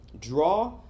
draw